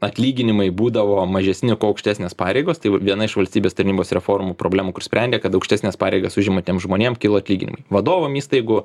atlyginimai būdavo mažesni kuo aukštesnės pareigos tai viena iš valstybės tarnybos reformų problemų kur sprendė kad aukštesnes pareigas užimantiem žmonėm kyla atlyginimai vadovam įstaigų